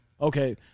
okay